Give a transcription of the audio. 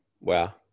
wow